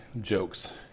jokes